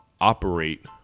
operate